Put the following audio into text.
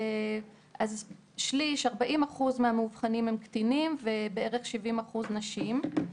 40 אחוז מהמאובחנים הם קטינים ובערך 70 אחוז נשים.